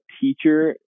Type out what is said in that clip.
teacher